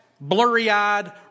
blurry-eyed